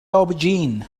aubergine